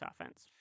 offense